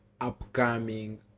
upcoming